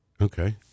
Okay